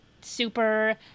super